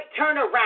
turnaround